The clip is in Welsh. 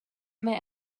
mae